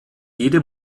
jede